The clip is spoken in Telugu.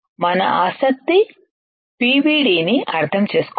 మన ఆసక్తి పివిడిని అర్థం చేసుకోవడం